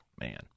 man